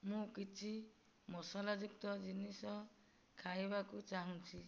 ମୁଁ କିଛି ମସଲାଯୁକ୍ତ ଜିନିଷ ଖାଇବାକୁ ଚାହୁଁଛି